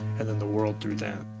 and then the world through them.